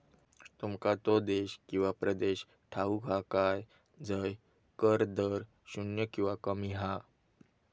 तुमका तो देश किंवा प्रदेश ठाऊक हा काय झय कर दर शून्य किंवा कमी हा?